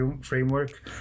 framework